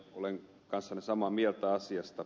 olen kanssanne samaa mieltä asiasta